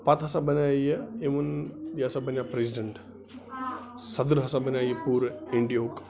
پَتہٕ ہَسا بَنیاو یہِ اِوٕن یہِ ہَسا بَنیاو پریٚزِڈنٛٹ صدر ہسا بَنیاو یہِ پوٗرٕ اِنڈیاہُک